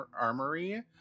armory